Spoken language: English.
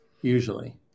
usually